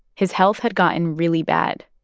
his health had gotten really bad,